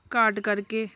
ਘਾਟ ਕਰਕੇ